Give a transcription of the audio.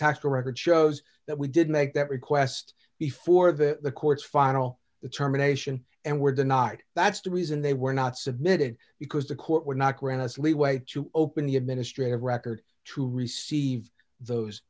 the record shows that we did make that request before the court's final determination and were denied that's the reason they were not submitted because the court would not grant us leeway to open the administrative record to receive those